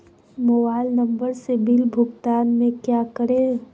Mobile number से bill भुगतान में क्या करें?